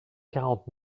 quarante